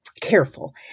careful